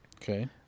Okay